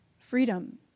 freedom